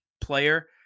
player